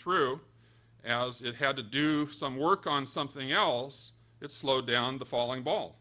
through as it had to do some work on something else it slowed down the falling ball